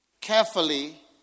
carefully